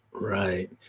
right